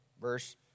verse